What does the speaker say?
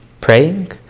praying